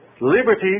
Liberty